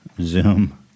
Zoom